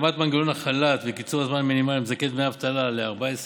התאמת מנגנון החל"ת וקיצור הזמן המינימלי המזכה בדמי אבטלה ל-14 יום,